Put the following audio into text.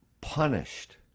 punished